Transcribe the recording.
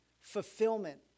fulfillment